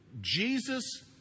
Jesus